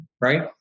right